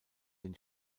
den